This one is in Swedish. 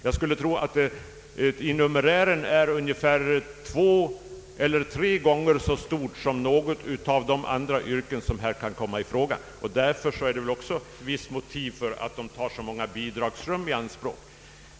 Jag skulle tro att det till numerären är ungefär 2 å 3 gånger så stort som något av de andra yrken som här kan komma i fråga. Detta är också ett av motiven för att det tar så många bidragsrum i anspråk.